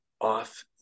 off